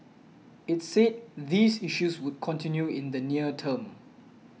it said these issues would continue in the near term